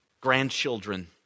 Grandchildren